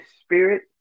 spirit